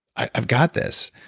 i've got this.